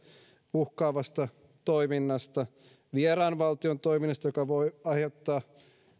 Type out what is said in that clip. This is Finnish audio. uhkaavasta toiminnasta vieraan valtion toiminnasta joka voi aiheuttaa